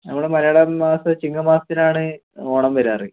നമ്മുടെ മലയാളമാസം ചിങ്ങമാസത്തിലാണ് ഓണം വരാറ്